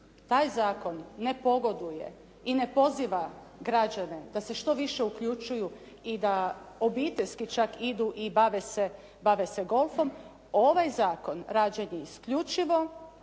taj zakon ne pogoduje i ne poziva građane da se što više uključuju i da obiteljski čak idu i bave se golfom. Ovaj zakon rađen je isključivo